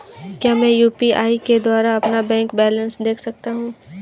क्या मैं यू.पी.आई के द्वारा अपना बैंक बैलेंस देख सकता हूँ?